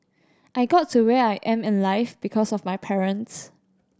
I got to where I am in life because of my parents